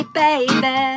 baby